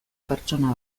pertsona